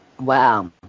Wow